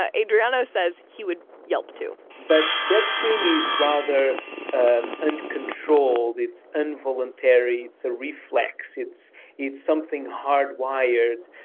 ah adriano says he would yelp, too but that scream is rather and uncontrolled. it's involuntary. it's a reflex. it's it's something hard-wired,